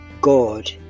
God